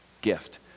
gift